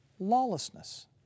lawlessness